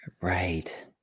Right